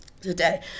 today